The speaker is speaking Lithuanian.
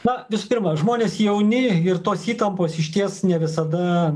na visų pirma žmonės jauni ir tos įtampos išties ne visada